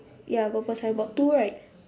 ya purple signboard two right